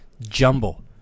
jumble